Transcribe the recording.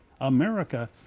America